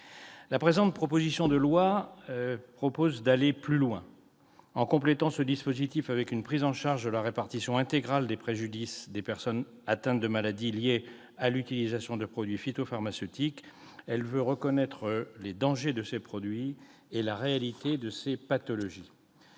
la présente proposition de loi entendent aller plus loin. En complétant ce dispositif avec une prise en charge de la réparation intégrale des préjudices des personnes atteintes de maladies liées à l'utilisation de produits phytopharmaceutiques, ils souhaitent que soient reconnus les dangers de ces produits et la réalité de ces pathologies.